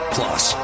Plus